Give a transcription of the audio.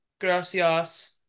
gracias